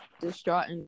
distraught